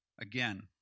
Again